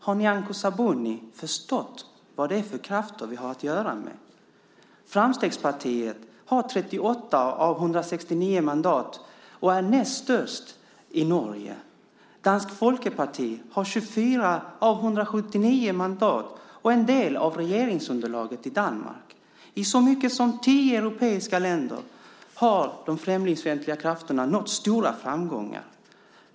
Har Nyamko Sabuni förstått vad det är för krafter vi har att göra med? Framstegspartiet har 38 av 169 mandat och är näst störst i Norge. Dansk folkeparti har 24 av 179 mandat och en del av regeringsunderlaget i Danmark. I så mycket som tio europeiska länder har de främlingsfientliga krafterna nått stora framgångar.